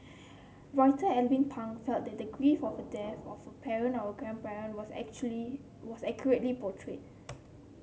Writer Alvin Pang felt that the grief of the death of a parent or a grandparent was actually was accurately portrayed